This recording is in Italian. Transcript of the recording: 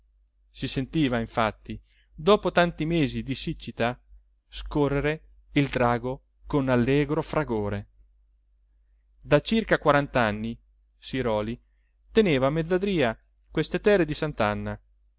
si sentiva infatti dopo tanti mesi di siccità scorrere il drago con allegro fragore da circa quarant'anni siròli teneva a mezzadria queste terre di